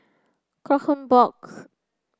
Kronenbourg